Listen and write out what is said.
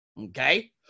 okay